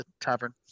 tavern